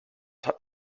hat